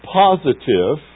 positive